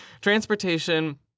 Transportation